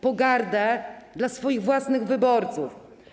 pogardę dla swoich własnych wyborców.